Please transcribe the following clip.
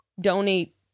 donate